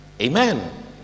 Amen